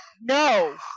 No